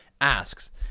Asks